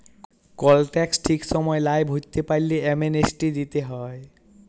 call tax ঠিক সময় লায় ভরতে পারল্যে, অ্যামনেস্টি দিতে হ্যয়